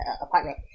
apartment